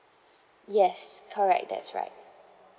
yes correct that's right